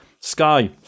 sky